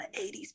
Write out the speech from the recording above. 80s